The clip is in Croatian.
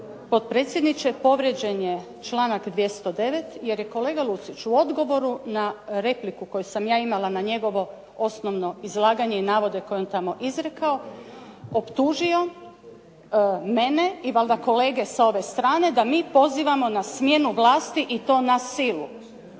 potpredsjedniče, povrijeđen je članak 209. jer je kolega Lucić u odgovoru na repliku koju sam ja imala na njegovo osnovno izlaganje i navode koje je on tamo izrekao optužio mene i valjda kolege sa ove strane da mi pozivamo na smjenu vlasti i to na silu.